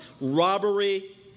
robbery